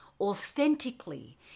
authentically